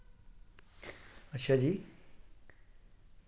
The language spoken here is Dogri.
अच्छा जी